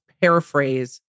paraphrase